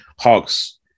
Hawks